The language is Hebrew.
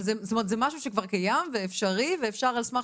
אבל זה משהו שכבר קיים ואפשרי ועל סמך